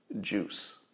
juice